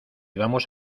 vamos